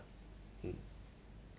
mm